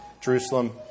Jerusalem